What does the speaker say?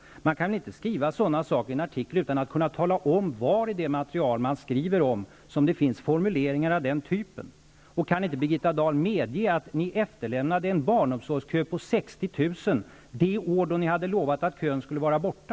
Man kan väl inte skriva sådana saker i en artikel utan att vara be redd att tala om var i det material man skriver om som det finns formuleringar av den typen. Kan inte Birgitta Dahl medge att ni efterlämnade en barnomsorgskö på 60 000 det år då ni hade lo vat att kön skulle vara borta?